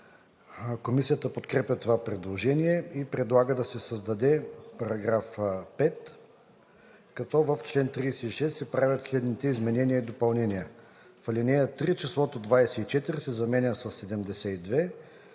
Комисията подкрепя това предложение и предлага да се създаде § 5. В чл. 36 се правят следните изменения и допълнения: „1. В ал. 3 числото „24“ се заменя със